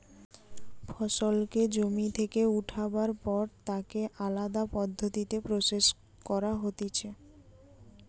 ফসলকে জমি থেকে উঠাবার পর তাকে আলদা পদ্ধতিতে প্রসেস করা হতিছে